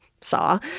saw